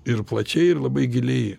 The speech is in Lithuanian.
ir plačiai ir labai giliai